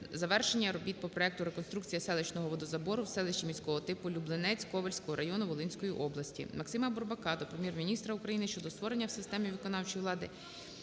завершення робіт по проекту "Реконструкція селищного водозабору в селищі міського типу Люблинець Ковельського району Волинської області". МаксимаБурбака до Прем'єр-міністра України щодо створення в системі виконавчої влади